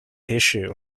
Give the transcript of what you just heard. issue